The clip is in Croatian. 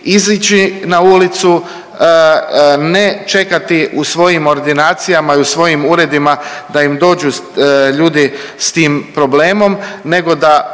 izići na ulicu, ne čekati u svojim ordinacijama i u svojim uredima da im dođu ljudi s tim problemom nego da